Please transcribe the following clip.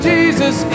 Jesus